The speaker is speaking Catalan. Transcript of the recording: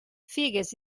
figues